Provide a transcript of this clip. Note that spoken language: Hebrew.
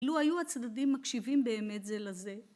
לו היו הצדדים מקשיבים באמת זה לזה.